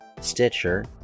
Stitcher